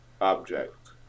object